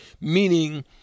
meaning